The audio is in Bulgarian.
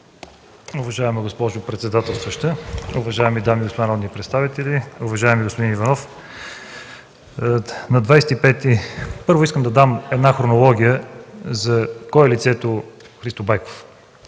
Уважаема госпожо председател, уважаеми дами и господа народни представители! Уважаеми господин Иванов, първо, искам да дам хронология за това кое е лицето Христо Байков.